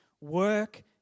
Work